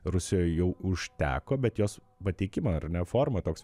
rusijoj jau užteko bet jos pateikimo ar ne forma toks